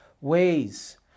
ways